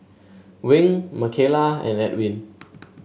Wing Micayla and Edwin